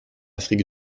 afrique